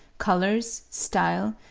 colors, style,